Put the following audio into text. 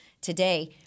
today